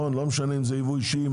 לא משנה אם זה ייבוא אישי,